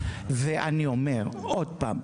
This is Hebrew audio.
ואני אומר עוד פעם,